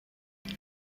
rydw